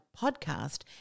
podcast